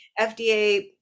FDA